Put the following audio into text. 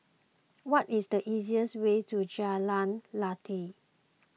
what is the easiest way to Jalan Lateh